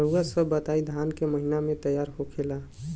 रउआ सभ बताई धान क महीना में तैयार होखेला?